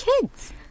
kids